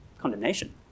condemnation